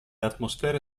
atmosfere